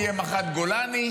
מי יהיה מח"ט גולני.